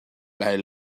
lai